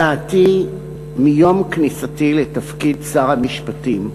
דעתי מיום כניסתי לתפקיד שר המשפטים,